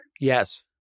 Yes